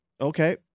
Okay